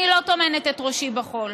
אני לא טומנת את ראשי בחול.